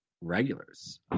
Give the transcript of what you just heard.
regulars